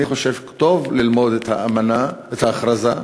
אני חושב שטוב ללמוד את האמנה, את ההכרזה,